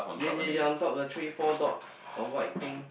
yea yea yea on top the three four dot or white thing